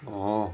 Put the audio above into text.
orh